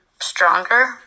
stronger